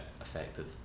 effective